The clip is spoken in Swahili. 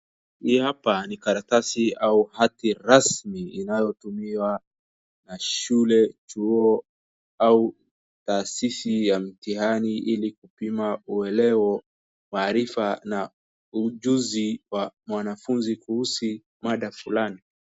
Hii hapa ni karatasi au hati rasmi inayotumiwa na shule, chuo au taasisi ya mtihani ili kupima ueleo, maarifa na ujuzi wa mwanafuzi kuhusu mada fulani.